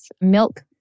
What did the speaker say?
milk